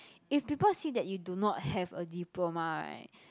if people see that you do not have a diploma right